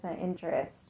interest